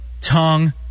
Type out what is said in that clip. tongue